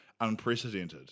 unprecedented